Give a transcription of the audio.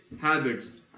habits